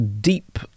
deep